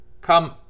come